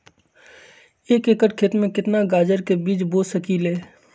एक एकर खेत में केतना गाजर के बीज बो सकीं ले?